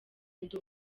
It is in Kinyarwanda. ndi